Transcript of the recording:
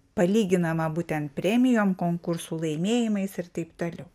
palyginama būtent premijom konkursų laimėjimais ir taip toliau